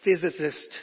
physicist